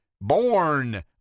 born